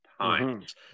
times